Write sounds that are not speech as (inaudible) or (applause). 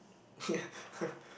ya (laughs)